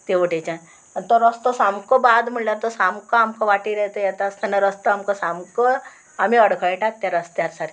तेवटेच्यान आनी तो रस्तो सामको बाद म्हणल्यार तो सामको आमकां वाटेर येता येता आसतना रस्तो आमकां सामको आमी अडखळटात त्या रस्त्यार सारकी